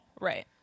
Right